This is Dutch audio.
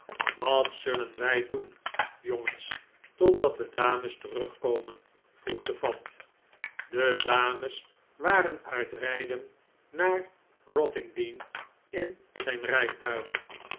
wat zullen wij doen jongens totdat de dames terugkomen vroeg de fat de dames waren uit rijden naar rottingdean in zijn rijtuig